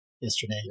yesterday